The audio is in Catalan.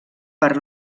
per